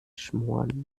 schmoren